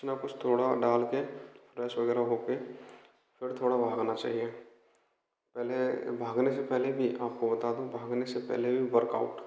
कुछ ना कुछ डाल के फ्रेश वगैरह होके फिर थोड़ा बाहर आना चाहिए पहले भागने से पहले भी आपको बता दूँ भागने से पहले भी थोड़ा वर्कआउट